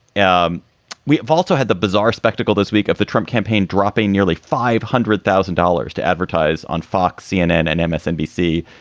um we've also had the bizarre spectacle this week of the trump campaign dropping nearly five hundred thousand dollars to advertise on fox, cnn and msnbc.